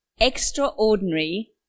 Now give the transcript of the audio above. extraordinary